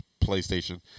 PlayStation